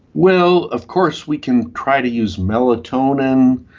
well, of course we can try to use melatonin,